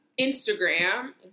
Instagram